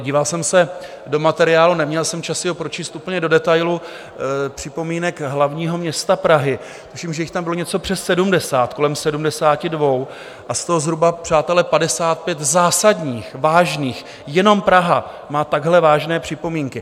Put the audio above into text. Díval jsem se do materiálu, neměl jsem čas si ho pročíst úplně do detailu, připomínek hlavního města Prahy, tuším, že jich tam bylo něco přes sedmdesát, kolem sedmdesáti dvou, a z toho zhruba, přátelé, padesát pět zásadních, vážných, jenom Praha má takhle vážné připomínky.